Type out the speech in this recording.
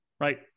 right